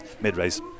mid-race